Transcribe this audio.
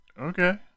Okay